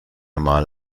mal